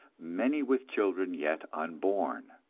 many with children yet unborn.